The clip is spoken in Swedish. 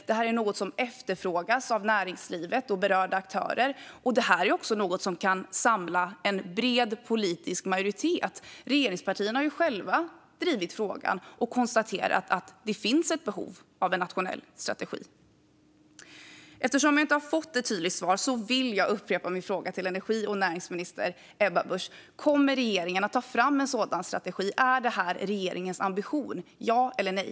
Det är något som efterfrågas av näringslivet och av berörda aktörer. Det är också något som kan samla en bred politisk majoritet. Regeringspartierna har ju själva drivit frågan och konstaterat att det finns ett behov av en nationell strategi. Eftersom jag inte har fått ett tydligt svar vill jag upprepa min fråga till energi och näringsminister Ebba Busch: Kommer regeringen att ta fram en sådan strategi? Är det regeringens ambition - ja eller nej?